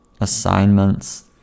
assignments